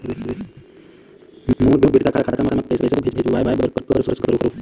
मोर बेटा खाता मा पैसा भेजवाए बर कर करों?